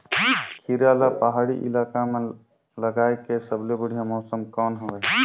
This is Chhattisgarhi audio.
खीरा ला पहाड़ी इलाका मां लगाय के सबले बढ़िया मौसम कोन हवे?